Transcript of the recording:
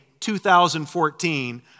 2014